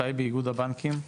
טיבי מאיגוד הבנקים.